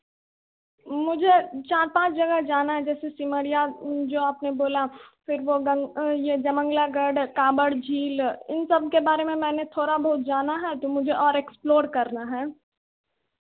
मुझे चार पाँच जगह जाना है जैसे सिमड़िया जो आपने बोला फिर वह गंग यह जयमंगला गढ़ कांवड़ झील इन सब के बारे में मैं थोड़ा बहुत जाना है तो मुझे और एक्सप्लोर करना है